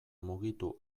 mugitu